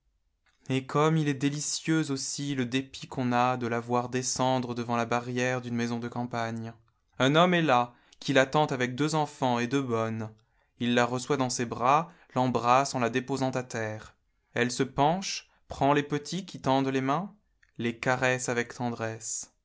et comme il est délicieux aussi le dépit qu'on a de la voir descendre devant la barrière d'une maison de campagne un homme est là qui l'attend avec deux enfants et deux bonnes il la reçoit dans ses bras l'embrasse en la déposant à terre elle se penche prend les petits qui tendent les mains les caresse avec tendresse